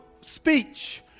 speech